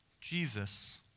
Jesus